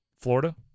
Florida